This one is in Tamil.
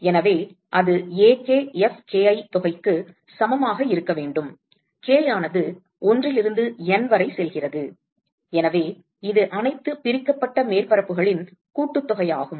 எனவே அது Ak Fki தொகைக்கு சமமாக இருக்க வேண்டும் k ஆனது 1 இலிருந்து N வரை செல்கிறது எனவே இது அனைத்து பிரிக்கப்பட்ட மேற்பரப்புகளின் கூட்டுத்தொகையாகும்